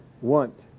want